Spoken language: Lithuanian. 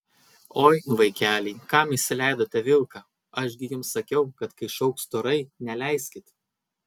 oi vaikeliai kam įsileidote vilką aš gi jums sakiau kad kai šauks storai neleiskit